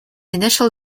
initial